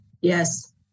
Yes